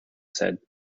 said